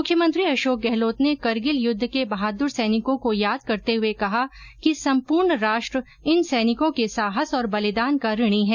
मुख्यमंत्री अशोक गहलोत ने करगिल युद्ध के बहादुर सैनिकों को याद करते हुये कहा कि संपूर्ण राष्ट्र इन सैनिकों के साहस और बलिदान का ऋणी है